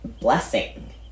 blessing